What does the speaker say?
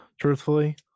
truthfully